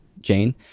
Jane